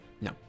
No